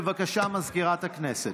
בבקשה, מזכירת הכנסת.